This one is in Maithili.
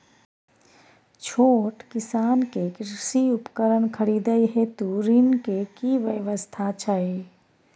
छोट किसान के कृषि उपकरण खरीदय हेतु ऋण के की व्यवस्था छै?